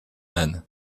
âne